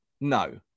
no